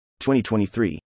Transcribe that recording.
2023